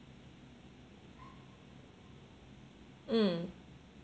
mm